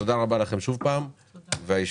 שוב תודה רבה לכם.